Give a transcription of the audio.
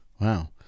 wow